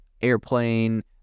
airplane